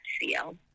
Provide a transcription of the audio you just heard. CL